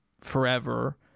forever